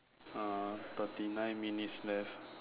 uh thirty nine minutes left